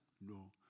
No